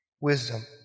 wisdom